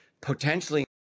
potentially